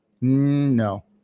no